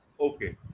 Okay